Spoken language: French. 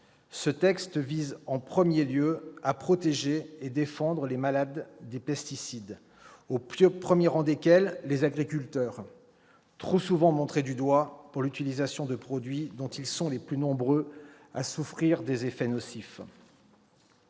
ce texte « vise en premier lieu à protéger et défendre les malades des pesticides, au premier rang desquels les agriculteurs, trop souvent montrés du doigt pour l'utilisation de produits dont ils sont les plus nombreux à souffrir des effets nocifs